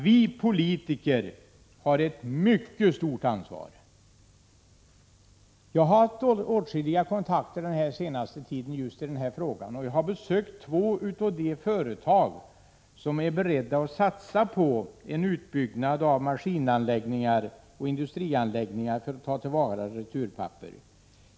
Vi politiker har ett mycket stort ansvar. Jag har under den senaste tiden haft åtskilliga kontakter i den här frågan, och jag har besökt två av de företag som är beredda att satsa på utbyggnad av maskinoch industrianläggningar för att ta till vara returpapper.